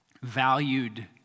valued